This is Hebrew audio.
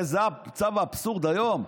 זה המצב האבסורדי היום,